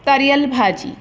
तरियल भाॼी